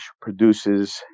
produces